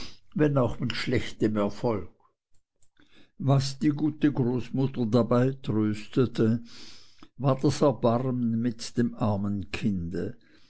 wenn auch mit schlechtem erfolg was die gute großmutter dabei tröstete war das erbarmen mit dem armen kinde